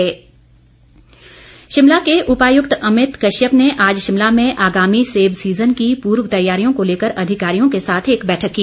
सेब सीजन शिमला के उपायुक्त अमित कश्यप ने आज शिमला में आगामी सेब सीजन की पूर्व तैयारियों को लेकर अधिकारियों के साथ एक बैठक की